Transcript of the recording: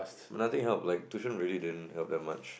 nothing help like tuition really didn't help that much